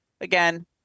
Again